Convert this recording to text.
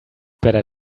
better